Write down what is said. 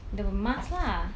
the mask lah